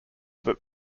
that